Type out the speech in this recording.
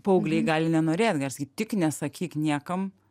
paaugliai gali nenorėt gali sakyt tik nesakyk niekam